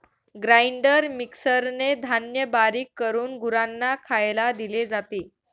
grinder मिक्सरने धान्य बारीक करून गुरांना खायला दिले जाते